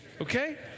Okay